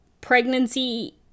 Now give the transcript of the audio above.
pregnancy